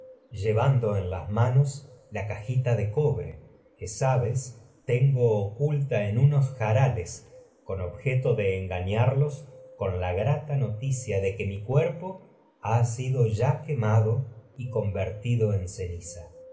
llevando en electra las manos la cajita de cobre que sabes tengo oculta en unos jarales con objeto de engañarlos con la grata no de ticia que mi cuerpo ha sido ya quemado y converti pues do en ceniza